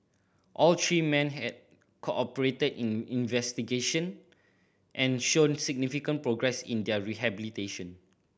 all three men had cooperated in investigation and shown significant progress in their rehabilitation